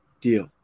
deal